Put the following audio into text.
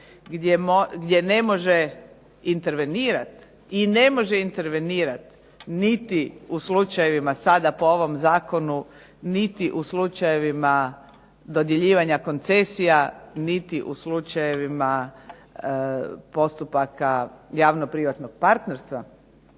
gdje ne može intervenirati i ne može intervenirati niti u slučajevima sada po ovom zakonu niti u slučajevima dodjeljivanja koncesija, niti u slučajevima postupaka javno-privatnog partnerstva.